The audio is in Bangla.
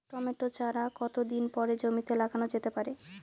টমেটো চারা কতো দিন পরে জমিতে লাগানো যেতে পারে?